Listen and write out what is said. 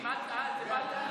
למה, ארבע ושבעה חודשים.